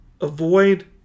avoid